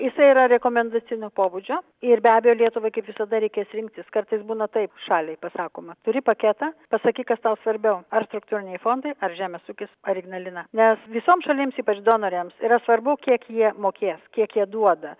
jisai yra rekomendacinio pobūdžio ir be abejo lietuvai kaip visada reikės rinktis kartais būna taip šaliai pasakoma turi paketą pasakyk kas tau svarbiau ar struktūriniai fondai ar žemės ūkis ar ignalina nes visom šalims ypač donorėms yra svarbu kiek jie mokės kiek jie duoda